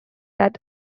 that